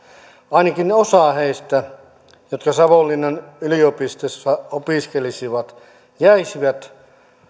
ainakin osa heistä jotka savonlinnan yliopistossa opiskelisivat jäisivät